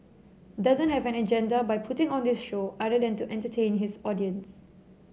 doesn't have an agenda by putting on this show other than to entertain his audience